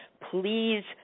please